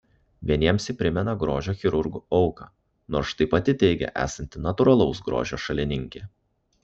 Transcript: vieniems ji primena grožio chirurgų auką nors štai pati teigia esanti natūralaus grožio šalininkė